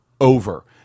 over